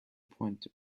point